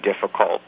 difficult